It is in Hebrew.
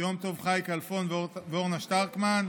יום טוב חי כלפון ואורנה שטרקמן,